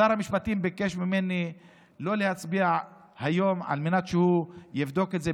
שר המשפטים ביקש ממני לא להצביע היום על מנת שהוא יבדוק את זה.